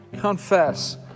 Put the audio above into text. confess